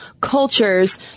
cultures